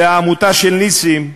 והעמותה של נסים,